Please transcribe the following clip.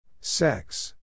Sex